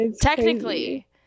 technically